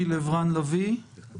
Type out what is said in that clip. נבחן